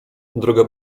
droga